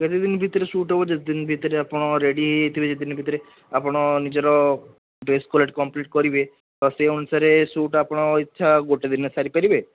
କେତେଦିନ ଭିତରେ ଶୂଟ୍ ହବ ଯେତେଦିନ ଭିତରେ ଆପଣ ରେଡ଼ି ହେଇଯାଇଥିବେ ଯେତେଦିନ ଭିତରେ ଆପଣ ନିଜର ବେଷ୍ଟ୍ କ୍ୱାଲିଟି କମ୍ପ୍ଲିଟ୍ କରିବେ ବା ସେହି ଅନୁସାରେ ଶୂଟ୍ ଆପଣ ଇଚ୍ଛା ଗୋଟିଏ ଦିନରେ ସାରିପାରିବେ